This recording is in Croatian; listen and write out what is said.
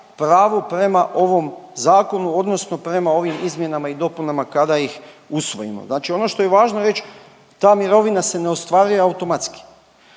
pravo prema ovom zakonu odnosno prema ovim izmjenama i dopunama kada ih usvojimo. Znači ono što je važno reć, ta mirovina se ne ostvaruje automatski,